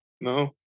No